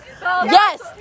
Yes